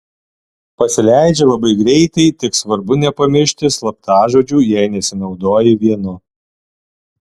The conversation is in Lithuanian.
pasileidžia labai greitai tik svarbu nepamiršti slaptažodžių jei nesinaudoji vienu